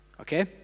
Okay